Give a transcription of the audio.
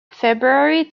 february